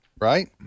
right